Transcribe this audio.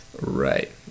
Right